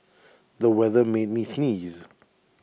the weather made me sneeze